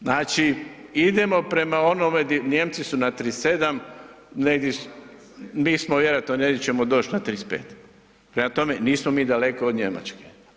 Znači idemo prema onome, Nijemci su na 37 mi ćemo vjerojatno negdje ćemo doć na 35, prema tome nismo mi daleko od Njemačke.